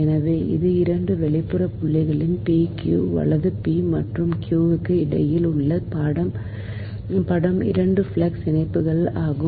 எனவே இது 2 வெளிப்புற புள்ளிகள் p q வலது p மற்றும் q க்கு இடையில் உள்ள படம் 2 ஃப்ளக்ஸ் இணைப்புகள் ஆகும்